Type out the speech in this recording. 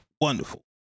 wonderful